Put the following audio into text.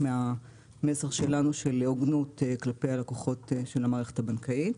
מהמסר שלנו של הוגנות כלפי הלקוחות של המערכת הבנקאית.